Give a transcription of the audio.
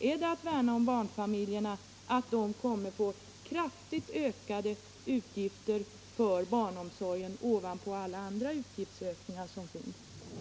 Är det att värna om barnfamiljerna att de kommer att få kraftigt ökade utgifter för barnomsorgen, ovanpå alla andra utgiftsökningar?